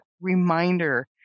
reminder